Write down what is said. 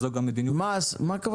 כל מה שקשור